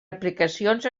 aplicacions